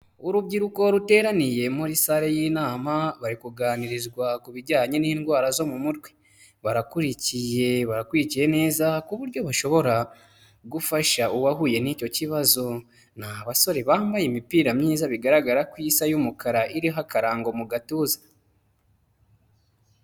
Urubyiruko ruteraniye muri sare y'inama bari kuganirizwa ku bijyanye n'indwara zo mu mutwe, barakurikiye barakurikiye neza ku buryo bashobora gufasha uwahuye n'icyo kibazo, ni basore bambaye imipira myiza bigaragara ko isa y'umukara iriho akarango mu gatuza.